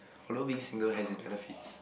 although being single has its benefits